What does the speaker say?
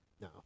no